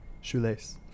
shoelace